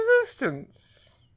Resistance